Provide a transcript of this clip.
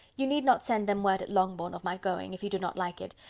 you need not send them word at longbourn of my going, if you do not like it,